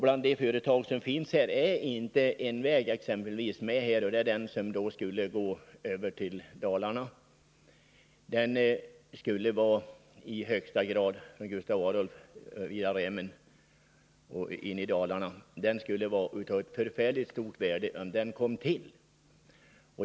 Bland de projekt som angivits är det en väg som inte finns med, nämligen den som skulle gå in i Dalarna — från Gustav Adolf via Rämmen. Det skulle vara av mycket stort värde om den kom till.